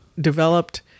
developed